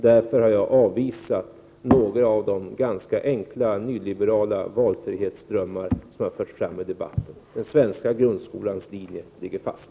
Därför har jag avvisat några av de ganska enkla nyliberala valfrihetsdrömmar som har förts fram i debatten. Den svenska grundskolans linje ligger fast.